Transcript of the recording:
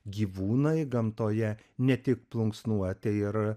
gyvūnai gamtoje ne tik plunksnuoti ir